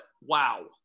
wow